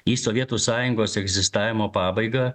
į sovietų sąjungos egzistavimo pabaigą